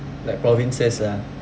like provinces lah